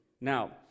Now